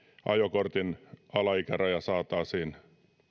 ajokortin alaikäraja saataisiin